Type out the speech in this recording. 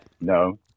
no